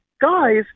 Guys